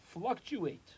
fluctuate